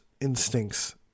instincts